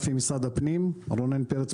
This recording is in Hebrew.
עם משרד הפנים בנושא הזה עם רונן פרץ,